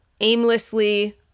aimlessly